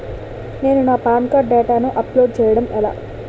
నేను నా PAN card డేటాను అప్లోడ్ చేయడం ఎలా?